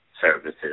services